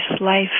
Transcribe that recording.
life